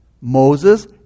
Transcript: Moses